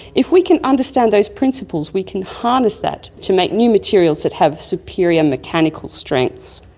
if we can understand those principles we can harness that to make new materials that have superior mechanical strengths.